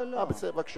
השר, אין לנו פה עד